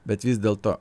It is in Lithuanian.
bet vis dėlto